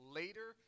later